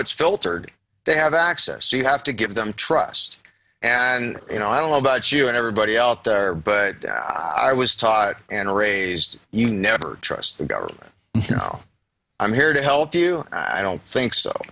it's filtered they have access you have to give them trust and you know i don't know about you and everybody out there but i was taught and raised you never trust the government you know i'm here to help you i don't think so